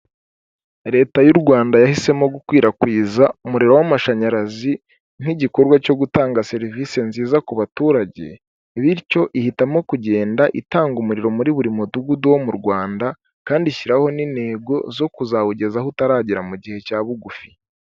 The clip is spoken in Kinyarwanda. Leta y'u Rwanda yahisemo gukwirakwiza umuriro w'amashanyarazi nk'igikorwa cyo gutanga serivisi nziza ku baturage, bityo ihitamo kugenda itanga umuriro muri buri mudugudu wo mu Rwanda, kandi ishyiraho n'intego zo kuzawugezaho utaragera mu gihe cya bugufi.